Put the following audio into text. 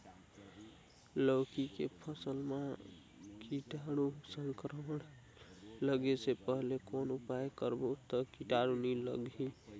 लौकी के फसल मां कीटाणु संक्रमण लगे से पहले कौन उपाय करबो ता कीटाणु नी लगही?